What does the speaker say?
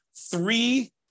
three